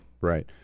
Right